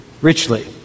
richly